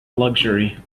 luxury